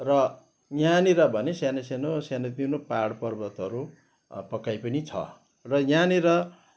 र यहाँनिर भने सानो सानो सानो तिनो पाहाड पर्वतहरू पक्कै पनि छ र यहाँनिर